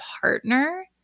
partner